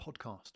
podcast